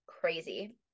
crazy